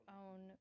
own